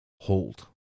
hold